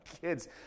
kids